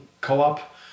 co-op